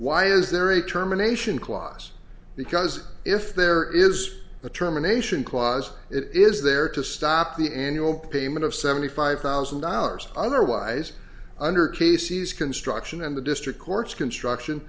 why is there a terminations clause because if there is a terminations clause it is there to stop the annual payment of seventy five thousand dollars otherwise under casey's construction and the district court's construction